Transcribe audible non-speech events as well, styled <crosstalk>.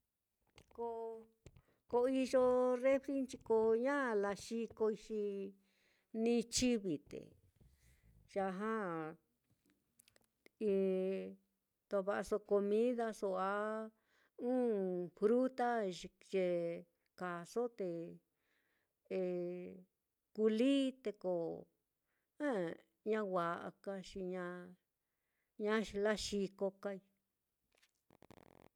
Koo iyo refrinchi, ko ña laxikoixi ni chivi te yaja <hesitation> tova'aso comidaso a ɨ́ɨ́n fruta ye kaaso te <hesitation> kulí, te ko ah ña wa'a ka, xi ña laxiko kai.